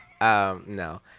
No